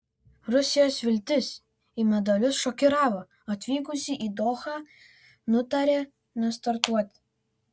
rusijos viltis į medalius šokiravo atvykusi į dohą nutarė nestartuoti